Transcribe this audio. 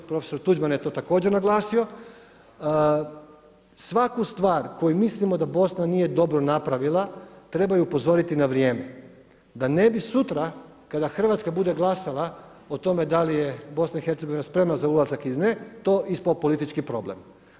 Profesor Tuđman je to također naglasio, svaku stvar koju mislimo da BIH nije dobro napravila, treba je upozoriti na vrijeme da ne bi sutra kada RH bude glasala o tome da li je BIH spremna za ulazak ili ne, to ispao politički problem.